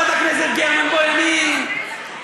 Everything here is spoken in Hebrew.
אורן, הוא לקח 80% מהמלצות ועדת גרמן ויישם אותן.